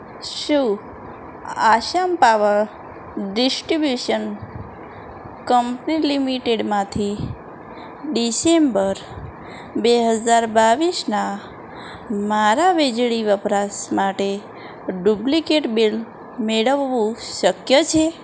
શું Assam power distribution company લિમિટેડમાંથી December બે હજાર બાવીસના મારા વીજળી વપરાશ માટે ડૂબલિકેટ બિલ મેળવવું શક્ય છે